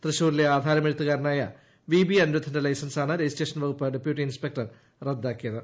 തൃശ്ശൂരിലെ ആധാരമെഴുത്തുകാരനായ V B അനിരുദ്ധന്റെ ലൈസൻസാണ് രജിസ്ട്രേഷ്ട്രികുപ്പ് ഡെപ്യൂട്ടി ഇൻസ്പെക്ടർ റദ്ദാക്കിയത്